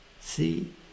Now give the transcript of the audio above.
See